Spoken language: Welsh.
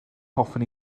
hoffwn